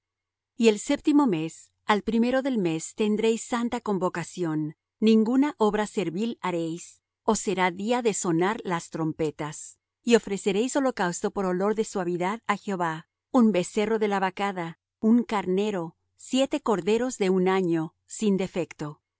y el séptimo mes al primero del mes tendréis santa convocación ninguna obra servil haréis os será día de sonar las trompetas y ofreceréis holocausto por olor de suavidad á jehová un becerro de la vacada un carnero siete corderos de un año sin defecto